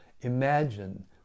imagine